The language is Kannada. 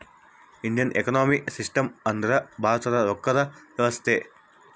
ಇಂಡಿಯನ್ ಎಕನೊಮಿಕ್ ಸಿಸ್ಟಮ್ ಅಂದ್ರ ಭಾರತದ ರೊಕ್ಕದ ವ್ಯವಸ್ತೆ